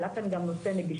עלה כאן גם נושא נגישות,